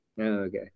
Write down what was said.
Okay